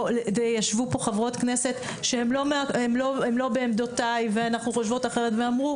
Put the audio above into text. ישבו כאן חברות שהן לא בעמדותיי ואנחנו חושבות אחרת והן אמרו